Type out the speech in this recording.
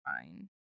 fine